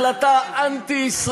היא החלטה אנטי-ישראלית,